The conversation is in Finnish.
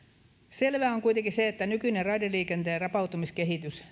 selvää on kuitenkin se että nykyistä raideliikenteen rapautumiskehitystä